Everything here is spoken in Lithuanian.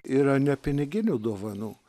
yra nepiniginių dovanų